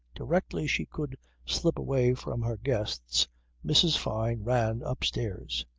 directly she could slip away from her guests mrs. fyne ran upstairs.